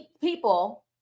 people